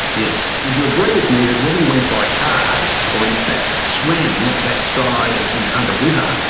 yes. would you agree with me that whether you went by car or in fact swam that side of the hunter river,